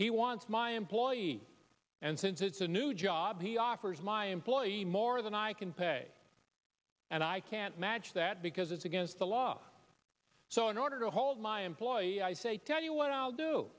he wants my employee and since it's a new job he offers my employee more than i can pay and i can't match that because it's against the law so in order to hold my employer i say tell you what i'll do